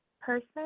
person